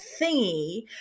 thingy